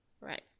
Right